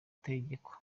gutegekwa